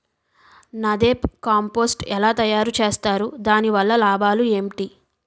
NADEP compost ఎలా తయారు చేస్తారు? దాని వల్ల లాభాలు ఏంటి?